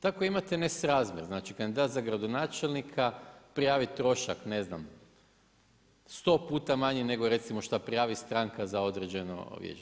Tako imate nesrazmjer, znači kandidat za gradonačelnika prijavi trošak ne znam sto puta manji nego recimo šta prijavi stranka za određeno